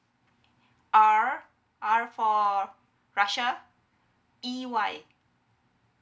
R R for russia E Y